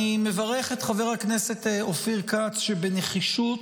אני מברך את חבר הכנסת אופיר כץ, שבנחישות